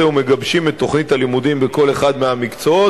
ומגבשים את תוכנית הלימודים בכל אחד מהמקצועות,